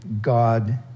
God